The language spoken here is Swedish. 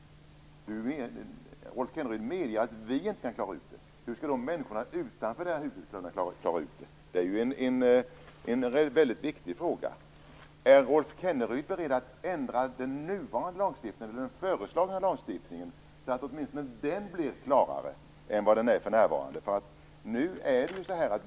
Rolf Kenneryd medger att vi inte kan klara ut det. Hur skall människorna utanför det här huset klara ut det? Det är en väldigt viktig fråga. Är Rolf Kenneryd beredd att ändra den föreslagna lagstiftningen så att åtminstone den blir klarare än vad den är för närvarande?